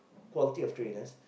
quality of traders